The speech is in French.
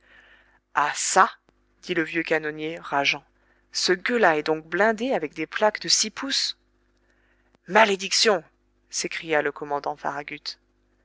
ah ça dit le vieux canonnier rageant ce gueux-là est donc blindé avec des plaques de six pouces malédiction s'écria le commandant farragut